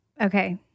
Okay